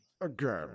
Again